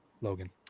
Logan